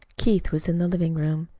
keith was in the living-room,